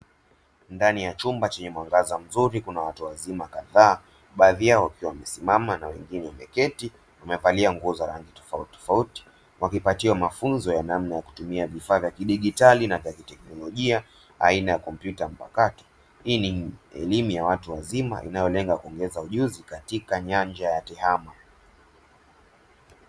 Ndani ya chumba chenye mwangaza mzuri, kuna watu wazima kadhaa, baadhi yao wakiwa wamesimama na wengine wameketi, wamevalia nguo za rangi tofauti tofauti, wakipatiwa mafunzo ya namna ya kutumia vifaa vya kidigitali na teknolojia aina ya kompyuta; hii ni elimu ya watu wazima, ikilenga kuongeza ujuzi katika nyanja ya TEHAMA.